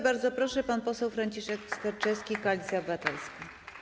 Bardzo proszę, pan poseł Franciszek Sterczewski, Koalicja Obywatelska.